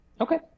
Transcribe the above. Okay